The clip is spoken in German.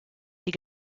die